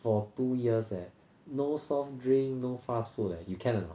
for two years leh no soft drink no fast food leh you can or not